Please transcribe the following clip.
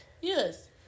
Yes